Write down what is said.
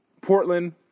Portland